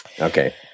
Okay